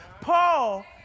Paul